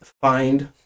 find